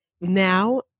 Now